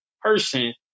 person